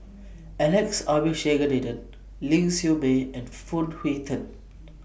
Alex Abisheganaden Ling Siew May and Phoon Yew Tien